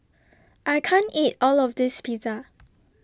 I can't eat All of This Pizza